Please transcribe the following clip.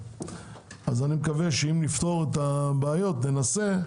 אני מקווה שאם נצליח לפתור את הבעיות שם,